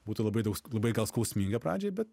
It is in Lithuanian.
būtų labai daug labai gal skausminga pradžiai bet